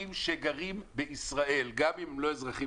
אזרחים שגרים בישראל, גם אם לא אזרחים